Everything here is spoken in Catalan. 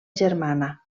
germana